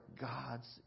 God's